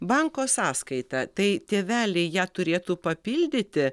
banko sąskaita tai tėveliai ją turėtų papildyti